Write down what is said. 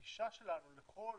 בכלל הגישה שלנו לכל